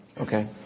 Okay